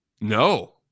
No